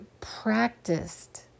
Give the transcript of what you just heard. practiced